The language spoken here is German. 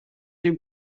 dem